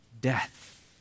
death